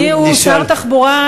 אדוני כבר שר תחבורה,